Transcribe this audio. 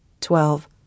Twelve